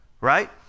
right